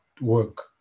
work